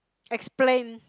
explain